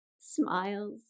smiles